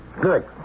Good